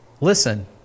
Listen